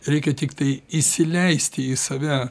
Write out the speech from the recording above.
reikia tiktai įsileisti į save